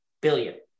billion